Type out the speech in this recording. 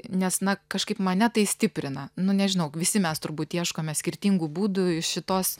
nes na kažkaip mane tai stiprina nu nežinau visi mes turbūt ieškome skirtingų būdų iš šitos